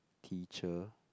teacher